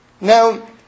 Now